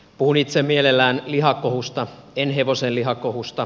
puhun itse mielelläni lihakohusta en hevosenlihakohusta